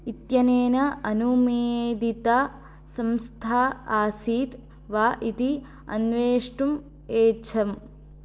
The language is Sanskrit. इत्यनेन अनुमोदिता संस्था आसीत् वा इति अन्वेष्टुम् ऐच्छम्